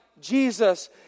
Jesus